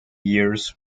years